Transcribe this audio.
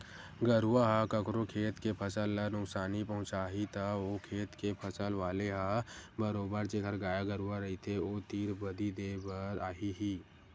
गरुवा ह कखरो खेत के फसल ल नुकसानी पहुँचाही त ओ खेत के फसल वाले ह बरोबर जेखर गाय गरुवा रहिथे ओ तीर बदी देय बर आही ही